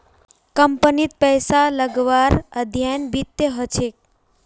कम्पनीत पैसा लगव्वार अध्ययन वित्तत ह छेक